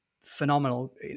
phenomenal